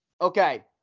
Okay